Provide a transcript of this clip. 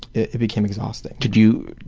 it it became exhausting. did you,